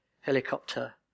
helicopter